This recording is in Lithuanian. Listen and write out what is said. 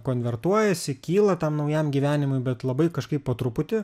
konvertuojasi kyla tam naujam gyvenimui bet labai kažkaip po truputį